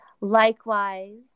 Likewise